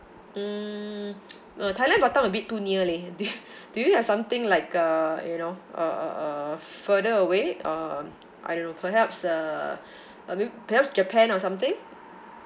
mm no thailand batam a bit too near leh do do you have something like uh you know uh uh uh further away um I don't know perhaps the I mean perhaps japan or something